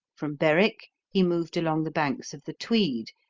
from berwick he moved along the banks of the tweed,